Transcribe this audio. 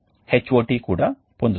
Hot కూడా పొందుతాము